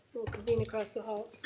convene across the hall.